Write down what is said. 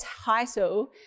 title